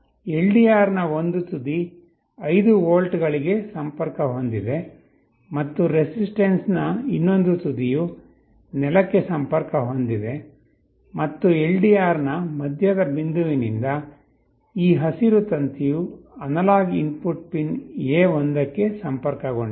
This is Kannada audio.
ಎಲ್ಡಿಆರ್ನ ಒಂದು ತುದಿ 5 ವೋಲ್ಟ್ಗಳಿಗೆ ಸಂಪರ್ಕ ಹೊಂದಿದೆ ಮತ್ತು ರೆಸಿಸ್ಟೆನ್ಸ್ ನ ಇನ್ನೊಂದು ತುದಿಯು ನೆಲಕ್ಕೆ ಸಂಪರ್ಕ ಹೊಂದಿದೆ ಮತ್ತು ಎಲ್ಡಿಆರ್ನ ಮಧ್ಯದ ಬಿಂದುವಿನಿಂದ ಈ ಹಸಿರು ತಂತಿಯು ಅನಲಾಗ್ ಇನ್ಪುಟ್ ಪಿನ್ A1 ಗೆ ಸಂಪರ್ಕಗೊಂಡಿದೆ